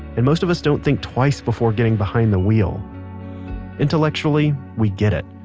and most of us don't think twice before getting behind the wheel intellectually, we get it.